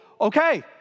okay